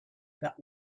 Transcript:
that